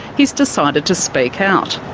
he's decided to speak out.